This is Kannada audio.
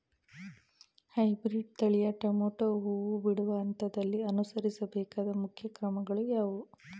ಹೈಬ್ರೀಡ್ ತಳಿಯ ಟೊಮೊಟೊ ಹೂ ಬಿಡುವ ಹಂತದಲ್ಲಿ ಅನುಸರಿಸಬೇಕಾದ ಮುಖ್ಯ ಕ್ರಮಗಳು ಯಾವುವು?